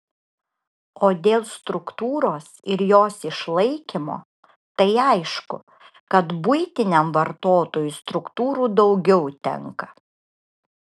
o dėl struktūros ir jos išlaikymo tai aišku kad buitiniam vartotojui struktūrų daugiau tenka